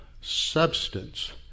substance